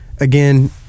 Again